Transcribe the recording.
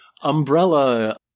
umbrella